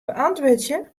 beäntwurdzje